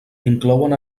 inclouen